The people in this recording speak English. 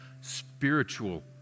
spiritual